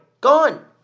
Gone